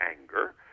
anger